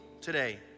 today